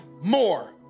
more